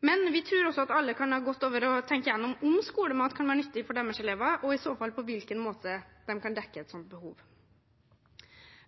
Men vi tror også at alle kan ha godt av å tenke gjennom om skolemat kan være nyttig for deres elever, og i så fall på hvilken måte de kan dekke et sånt behov.